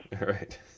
Right